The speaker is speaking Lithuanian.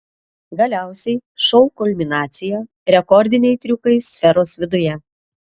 galiausiai šou kulminacija rekordiniai triukai sferos viduje